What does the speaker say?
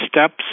steps